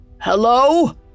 Hello